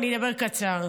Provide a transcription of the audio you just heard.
אני אדבר קצר.